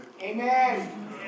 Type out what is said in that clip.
Amen